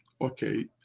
Okay